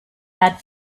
had